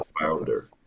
founder